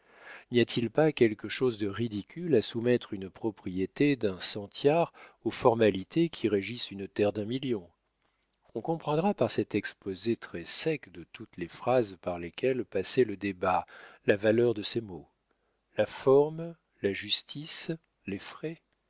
n'y a-t-il pas quelque chose de ridicule à soumettre une propriété d'un centiare aux formalités qui régissent une terre d'un million on comprendra par cet exposé très sec de toutes les phases par lesquelles passait le débat la valeur de ces mots la forme la justice les frais